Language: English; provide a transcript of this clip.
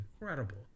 incredible